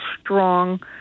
strong